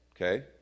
okay